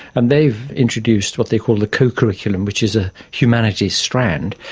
and they've introduced what they call a co-curriculum which is a humanities strand,